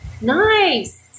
Nice